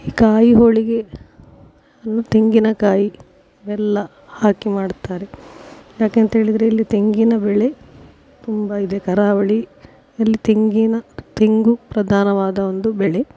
ಈ ಕಾಯಿ ಹೋಳಿಗೆ ಅನ್ನು ತೆಂಗಿನಕಾಯಿ ಬೆಲ್ಲ ಹಾಕಿ ಮಾಡ್ತಾರೆ ಯಾಕೇಂತೇಳಿದರೆ ಇಲ್ಲಿ ತೆಂಗಿನ ಬೆಳೆ ತುಂಬ ಇದೆ ಕರಾವಳಿ ಇಲ್ಲಿ ತೆಂಗಿನ ತೆಂಗು ಪ್ರದಾನವಾದ ಒಂದು ಬೆಳೆ